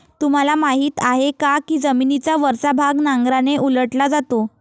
तुम्हाला माहीत आहे का की जमिनीचा वरचा भाग नांगराने उलटला जातो?